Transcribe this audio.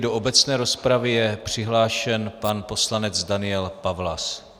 Do obecné rozpravy je přihlášen pan poslanec Daniel Pawlas.